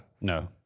No